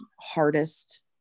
hardest